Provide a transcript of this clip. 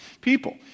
People